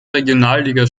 regionalliga